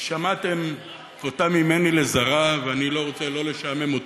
כי שמעתם אותה ממני עד זרא ואני לא רוצה לשעמם אתכם,